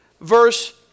verse